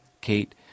Kate